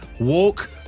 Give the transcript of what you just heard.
walk